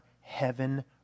heaven